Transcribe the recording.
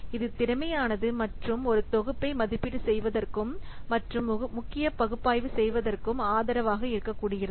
இது திறமையானது மற்றும் ஒரு தொகுப்பை மதிப்பீடு செய்வதற்கும் மற்றும் முக்கிய பகுப்பாய்வு செய்வதற்கும் ஆதரவாக இருக்கக் கூடியது